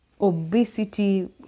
obesity